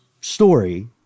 story